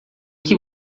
que